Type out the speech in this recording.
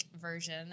version